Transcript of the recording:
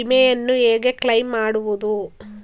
ವಿಮೆಯನ್ನು ಹೇಗೆ ಕ್ಲೈಮ್ ಮಾಡುವುದು?